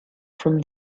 from